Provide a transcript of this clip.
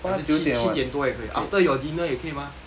七七点多也可以 after your dinner 也可以嘛